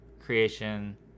creation